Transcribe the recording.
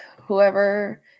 whoever